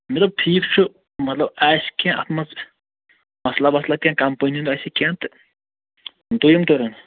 مےٚ دوٚپ ٹھیٖک چھُ مطلب آسہِ کیٚنٛہہ اَتھ منٛز مسلا وسلا کیٚنٛہہ کمپٔنی ہُنٛد آسہِ کیٚنٛہہ تہٕ دوٚیِم ٹٔرٕن